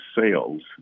sales